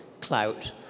clout